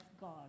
God